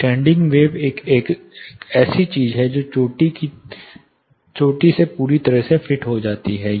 standing wave एक ऐसी चीज है जो चोटी से पूरी तरह से फिट होती है